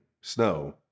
snow